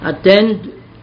attend